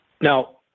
Now